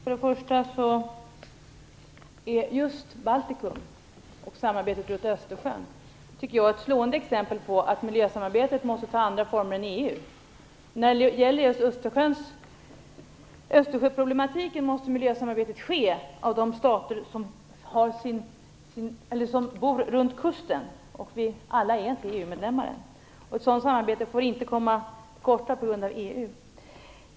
Fru talman! Just frågan om Baltikum och samarbetet runt Östersjön är ett slående exempel på att miljösamarbetet måste ta andra former än EU. När det gäller Östersjöproblematiken måste miljösamarbetet utföras av de stater som finns runt kusten, och alla är inte EU-medlemmar än. Ett sådant samarbete får inte komma till korta på grund av EU.